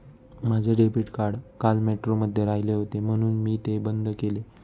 माझे debit card काल मेट्रोमध्ये राहिले होते म्हणून मी ते बंद केले